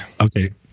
Okay